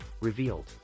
revealed